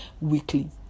weekly